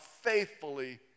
faithfully